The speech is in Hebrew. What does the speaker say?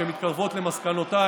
שמתקרבות למסקנותיי,